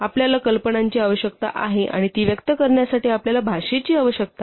आपल्याला कल्पनांची आवश्यकता आहे आणि ती व्यक्त करण्यासाठी आपल्याला भाषेची आवश्यकता आहे